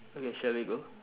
okay shall we go